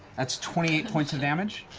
that's twenty eight points of damage.